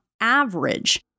average